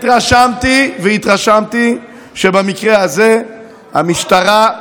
והתרשמתי שבמקרה הזה המשטרה,